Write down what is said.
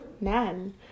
man